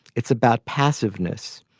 it's about passiveness,